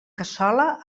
cassola